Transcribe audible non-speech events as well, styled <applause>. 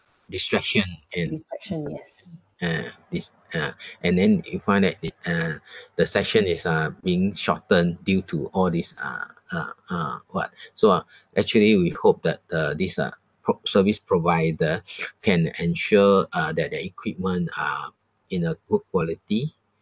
distraction and ah dis~ ah and then you find that it uh the session is uh being shortened due to all these uh uh uh what so ah actually we hope that the this uh pro~ service provider <noise> can ensure uh that their equipment are in a good quality